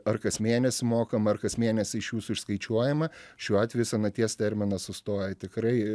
ar kas mėnesį mokama ar kas mėnesį iš jūsų išskaičiuojama šiuo atveju senaties terminas sustoja tikrai